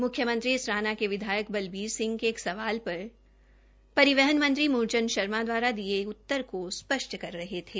म्ख्यमंत्री इसराना के विधायक बलबीर सिंह के एक सवाल पर परिवहन मंत्री मूलचंद शर्मा द्वारा दिए उत्तर को सपष्ट कर रहे थे